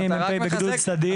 אני מ"פ בגדוד סדיר,